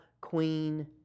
Queen